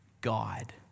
God